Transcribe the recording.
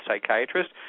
psychiatrist